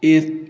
एक